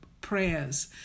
prayers